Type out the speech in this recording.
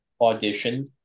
audition